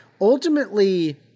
ultimately